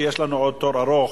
כי יש לנו עוד תור ארוך.